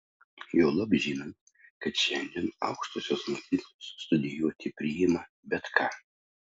juolab žinant kad šiandien aukštosios mokyklos studijuoti priima bet ką